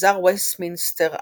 במנזר וסטמינסטר המחודש,